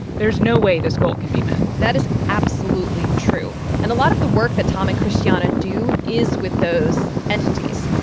there's no way this goal can be met that is absolutely true. and a lot of the work that tom and christiana do is with those entities.